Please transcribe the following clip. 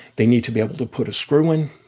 they need to be able to put a screw in.